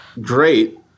Great